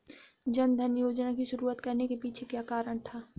जन धन योजना की शुरुआत करने के पीछे क्या कारण था?